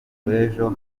w’ejo